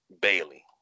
Bailey